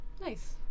Nice